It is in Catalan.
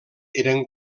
eren